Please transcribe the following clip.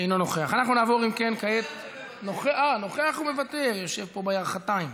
אינו נוכח, נוכח ומוותר, יושב פה בירכתיים.